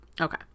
Okay